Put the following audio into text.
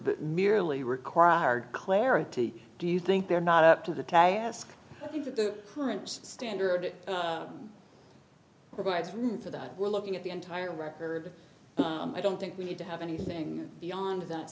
but merely required clarity do you think they're not up to the task if the current standard provides room for that we're looking at the entire record i don't think we need to have anything beyond that